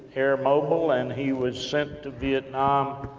airmobile, and he was sent to vietnam,